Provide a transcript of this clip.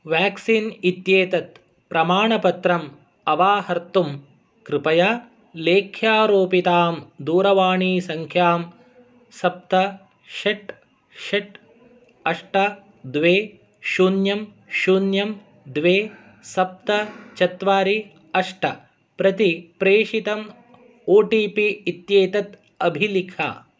vaccine इत्येतत् प्रमाणपत्रम् अवाहर्तुं कृपया लेख्यारोपितां दूरवाणीसङ्ख्यां सप्त षट् षट् अष्ट द्वे शून्यं शून्यं द्वे सप्त चत्वारि अष्ट प्रति प्रेषितम् ओ टि पि इत्येतत् अभिलिख